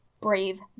Brave